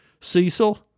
Cecil